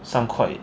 三块